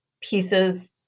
pieces